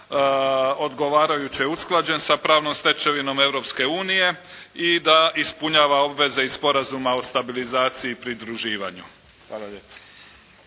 odgovarajuće usklađen sa pravnom stečevinom Europske unije i da ispunjava obaveze iz Sporazuma o stabilizaciji i pridruživanju.